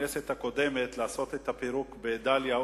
בכנסת הקודמת לעשות את הפירוק בדאליה-עוספיא,